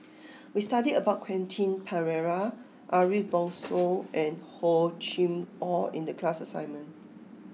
we studied about Quentin Pereira Ariff Bongso and Hor Chim Or in the class assignment